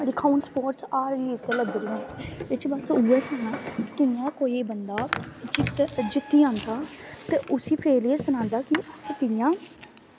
दिक्खां हून स्पोर्टस ऐ एह्दे च उ'ऐ सनाना कि'यां कोई बंदा जीतियै औंदा ते उसी फिर एह् सनांदा कि उसी कि'यां